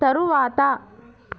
తరువాత